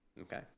okay